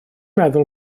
meddwl